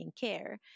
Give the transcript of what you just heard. care